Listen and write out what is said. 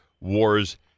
wars